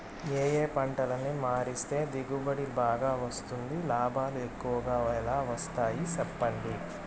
ఏ ఏ పంటలని మారిస్తే దిగుబడి బాగా వస్తుంది, లాభాలు ఎక్కువగా ఎలా వస్తాయి సెప్పండి